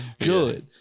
good